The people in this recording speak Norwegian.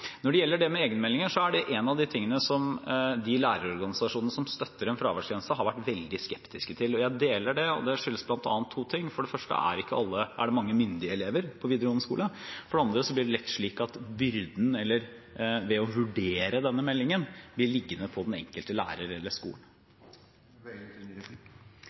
Når det gjelder egenmeldinger, er det en av de tingene de lærerorganisasjonene som støtter en fraværsgrense, har vært veldig skeptiske til. Jeg deler det. Det skyldes bl.a. to ting. For det første er det mange myndige elever på videregående skole. For det andre blir det lett slik at byrden, eller det å vurdere denne meldingen, blir liggende på den enkelte lærer eller